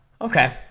Okay